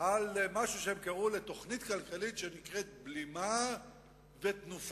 על משהו שהם קראו לו תוכנית כלכלית שנקראת בלימה ותנופה.